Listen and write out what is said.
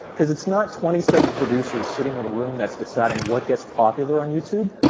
because it's not twenty seven producers sitting in a room that's deciding what gets popular on youtube.